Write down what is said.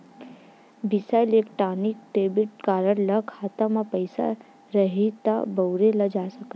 बिसा electronic debit card ल खाता म पइसा रइही त बउरे जा सकत हे